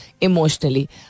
emotionally